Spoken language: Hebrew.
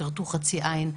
כרתו חצי עין.